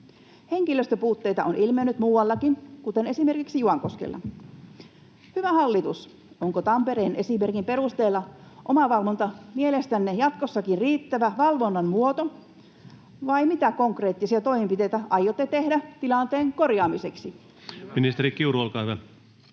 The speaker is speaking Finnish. Henkilöstöpuutteita on ilmennyt muuallakin, kuten esimerkiksi Juankoskella. Hyvä hallitus, onko Tampereen esimerkin perusteella omavalvonta mielestänne jatkossakin riittävä valvonnan muoto, vai mitä konkreettisia toimenpiteitä aiotte tehdä tilanteen korjaamiseksi? Ministeri Kiuru, olkaa hyvä.